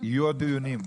יהיו עוד דיונים.